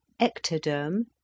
ectoderm